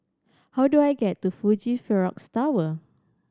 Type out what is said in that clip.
how do I get to Fuji Xerox Tower